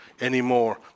anymore